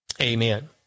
amen